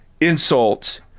insult